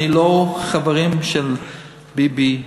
אני לא מהחברים של ביבי,